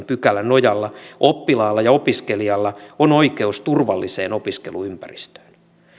pykälän nojalla oppilaalla ja opiskelijalla on oikeus turvalliseen opiskeluympäristöön